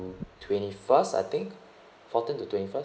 twenty first I think fourteen to twenty first